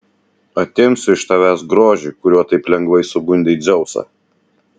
atimsiu iš tavęs grožį kuriuo taip lengvai sugundei dzeusą